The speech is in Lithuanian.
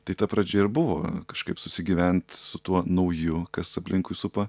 tai ta pradžia ir buvo kažkaip susigyvent su tuo nauju kas aplinkui supa